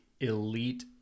elite